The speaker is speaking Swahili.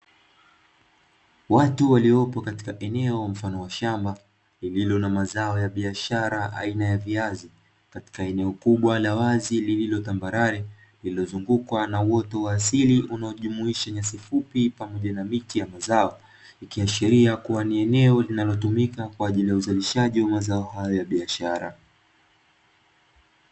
Watu waliopo katika eneo mfano wa shamba, lililo na mazao ya biashara aina ya viazi, katika eneo kubwa la wazi lililo tambarare, lililozungukwa na uoto wa asili, unaojumuisha nyasi fupi pamoja na miti ya mazao. Likiashiria kuwa ni eneo linalotumika kwa ajili ya uzalishaji wa mazao hayo ya biashara.